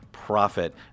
profit